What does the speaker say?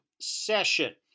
session